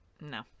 No